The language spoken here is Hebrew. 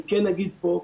אני כן אגיד פה,